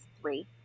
three